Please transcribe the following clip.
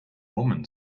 woman